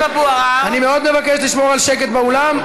אני מאוד מבקש לשמור על שקט באולם,